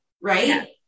right